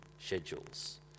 schedules